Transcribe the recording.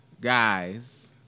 guys